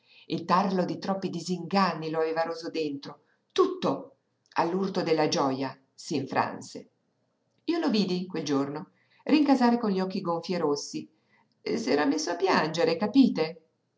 il tarlo di troppi disinganni lo aveva roso dentro tutto all'urto della gioja si infranse io lo vidi quel giorno rincasare con gli occhi gonfi e rossi s'era messo a piangere capite